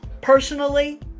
personally